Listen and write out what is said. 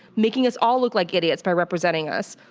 making us all look like idiots by representing us.